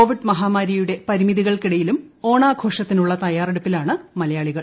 Covid മഹാമാരിയുടെ പരിമിതികൾക്കിടയിലും ഓണാഘോഷത്തിനുള്ള തയ്യറെടുപ്പിലാണ് മലയാളികൾ